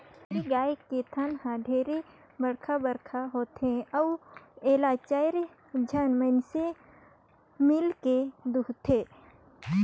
गीर गाय के थन हर ढेरे बड़खा बड़खा होथे अउ एला चायर झन मइनसे मिलके दुहथे